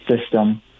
system